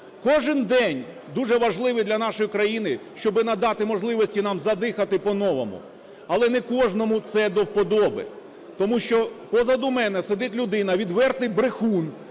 Кожен день дуже важливий для нашої країни, щоби надати можливості нам задихати по-новому, але не кожному це до вподоби, тому що позаду мене сидить людина, відвертий брехун,